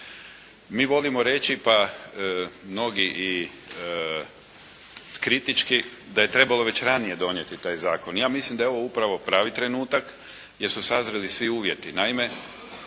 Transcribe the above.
MI volimo reći pa mnogi i kritički, da je trebalo već ranije donijeti taj Zakon, ja mislim da je ovo upravo pravi trenutak jer su sazrjeli svi uvjeti,